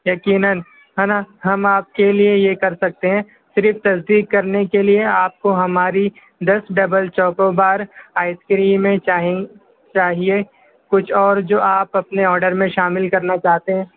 یقیناً ہم آپ ہم آپ کے لئے یہ کر سکتے ہیں صرف تصدیق کرنے کے لئے آپ کو ہماری دس ڈبل چوکو بار آئس کریمیں چاہیں چاہیے کچھ اور جو آپ اپنے آرڈر میں شامل کرنا چاہتے ہیں